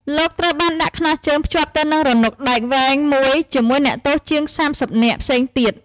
លោកត្រូវបានដាក់ខ្នោះជើងភ្ជាប់ទៅនឹងរនុកដែកវែងមួយជាមួយអ្នកទោសជាងសាមសិបនាក់ផ្សេងទៀត។